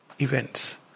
events